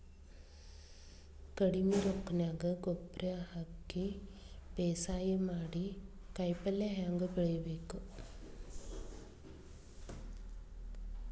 ಕಡಿಮಿ ರೊಕ್ಕನ್ಯಾಗ ಬರೇ ಗೊಬ್ಬರ ಹಾಕಿ ಬೇಸಾಯ ಮಾಡಿ, ಕಾಯಿಪಲ್ಯ ಹ್ಯಾಂಗ್ ಬೆಳಿಬೇಕ್?